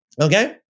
Okay